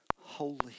holy